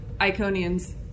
Iconian's